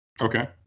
Okay